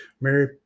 Mary